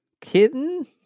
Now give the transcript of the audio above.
kitten